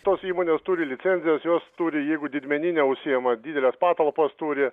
tos įmonės turi licenzijas jos turi jeigu didmenine užsiima dideles patalpas turi